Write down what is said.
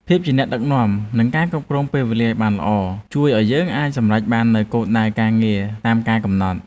ភាពជាអ្នកដឹកនាំនិងការគ្រប់គ្រងពេលវេលាឱ្យបានល្អ ជួយឱ្យយើងអាចសម្រេចបាននូវគោលដៅការងារតាមការកំណត់។